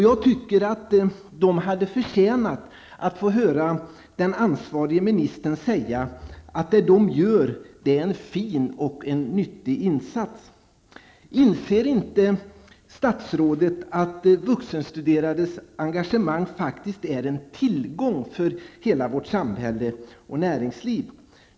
Jag tycker att de hade förtjänat att få höra den ansvarige ministern säga att det de gör är en fin och nyttig insats. Inser inte statsrådet att vuxenstuderandes engagemang faktiskt är en tillgång för hela vårt samhälle och näringsliv?